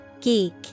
Geek